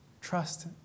trust